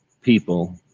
people